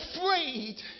afraid